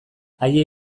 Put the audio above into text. haiei